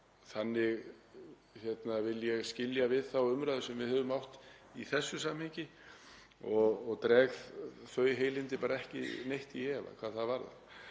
Þannig vil ég skilja við þá umræðu sem við höfum átt í þessu samhengi og dreg þau heilindi ekki neitt í efa. Hvað varðar